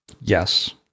yes